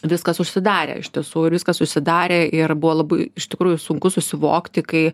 viskas užsidarė iš tiesų ir viskas užsidarė ir buvo labai iš tikrųjų sunku susivokti kai